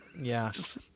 Yes